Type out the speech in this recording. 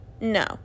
no